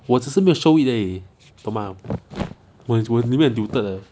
我只是没有 show it 而已懂吗我我里面很独特的